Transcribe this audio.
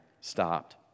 stopped